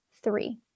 three